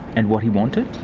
and what he wanted?